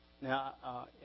Now